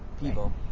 people